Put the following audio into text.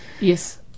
Yes